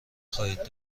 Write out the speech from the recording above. خواهید